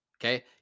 Okay